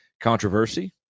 controversy